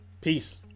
Peace